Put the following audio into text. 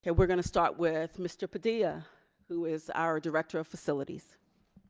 and we're going to start with mr. padilla who is our director of facilities.